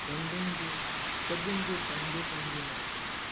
रंगनि जो सभिनी जो पंहिंजो पंहिंजो महत्वु आहे